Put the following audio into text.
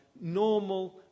normal